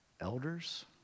Elders